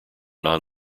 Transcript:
non